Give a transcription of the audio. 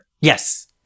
Yes